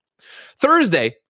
Thursday